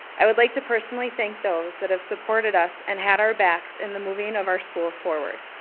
i would like to personally thank those that have supported us and had our backs in the moving of our school forward.